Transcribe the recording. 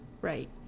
Right